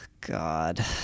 God